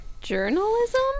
journalism